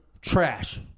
trash